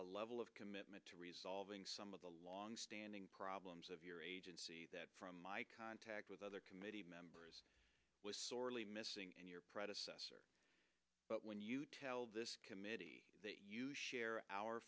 a level of commitment to resolving some of the long standing problems of your agency that from my contact with other committee members was sorely missing in your predecessor but when you tell this committee that you share our